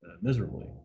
miserably